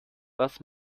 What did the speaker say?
was